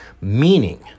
meaning